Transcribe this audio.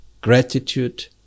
gratitude